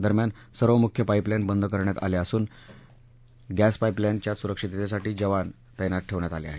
दरम्यान सर्व मुख्य पाईपलाईन बंद करण्यात आल्या असून गॅस पाईपलाईनच्या सुरक्षिततेसाठी जवान तैनात ठेवण्यात आले आहेत